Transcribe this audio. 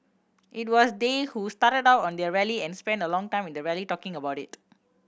it was they who started out on their rally and spent a long time in the rally talking about it